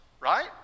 right